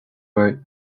wrote